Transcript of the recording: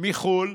מחו"ל